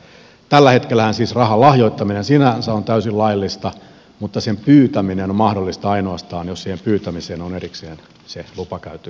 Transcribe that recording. tällä hetkellähän siis rahan lahjoittaminen sinänsä on täysin laillista mutta sen pyytäminen on mahdollista ainoastaan jos siihen pyytämiseen on erikseen se lupa käyty hankkimassa